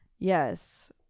Yes